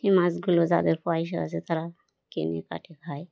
এই মাছগুলো যাদের পয়সা আসে তারা কেনে কাটে খায়